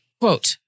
Quote